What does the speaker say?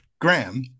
Graham